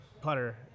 putter